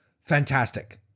fantastic